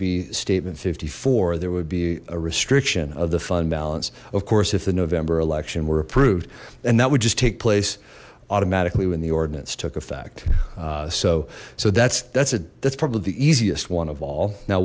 y statement fifty four there would be a restriction of the fund balance of course if the november election were approved and that would just take place automatically when the ordinance took effect so so that's that's a that's probably the easiest one of all now